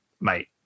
mate